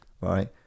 right